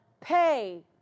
pay